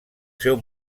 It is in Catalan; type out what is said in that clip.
seu